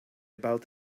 about